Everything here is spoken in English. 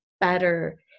better